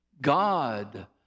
God